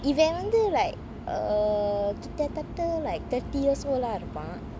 if I remember like err கிட்ட தட்ட:kitta thatta like thirty years old lah இருப்பான்:irupan